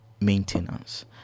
maintenance